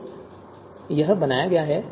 तो यह बनाया गया है